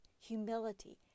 humility